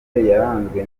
yaranzwe